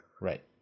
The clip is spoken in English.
Right